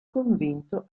convinto